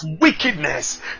wickedness